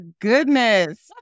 goodness